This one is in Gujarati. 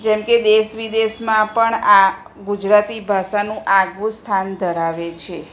જેમકે દેશ વિદેશમાં પણ આ ગુજરાતી ભાષાનું આગવું સ્થાન ધરાવે છે